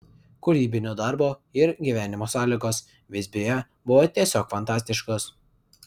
kūrybinio darbo ir gyvenimo sąlygos visbiuje buvo tiesiog fantastiškos